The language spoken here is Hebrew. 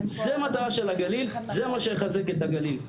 זו המטרה של הגליל, זה מה שיחזק את הגליל.